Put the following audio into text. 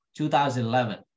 2011